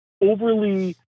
overly